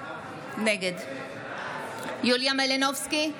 נגד יוליה מלינובסקי,